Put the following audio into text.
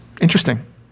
interesting